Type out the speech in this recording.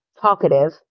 talkative